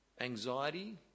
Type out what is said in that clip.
Anxiety